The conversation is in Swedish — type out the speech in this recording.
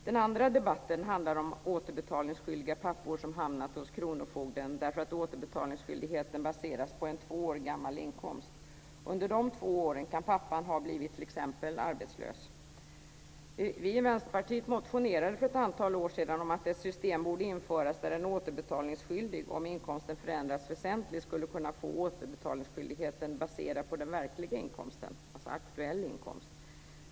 Den andra debatten handlar om återbetalningsskyldiga pappor som har hamnat hos kronofogden därför att återbetalningsskyldigheten baseras på en två år gammal inkomst. Under de två åren kan pappan t.ex. ha blivit arbetslös. Vi i Vänsterpartiet motionerade för ett antal år sedan om att ett system borde införas där en återbetalningsskyldig, om inkomsten förändrats väsentligt, skulle kunna få återbetalningsskyldigheten baserad på den verkliga inkomsten, alltså aktuell inkomst.